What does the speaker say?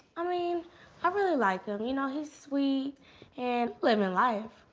i mean i really like him. you know he's sweet and living life,